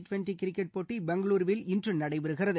twenty cricket போட்டி பெங்களுருவில் இன்று நடைபெறுகிறது